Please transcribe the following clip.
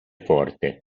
forte